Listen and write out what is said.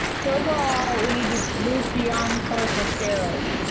so overall we need to move beyond cortical steroids.